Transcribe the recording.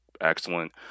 excellent